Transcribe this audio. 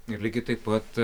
ir lygiai taip pat